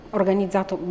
organizzato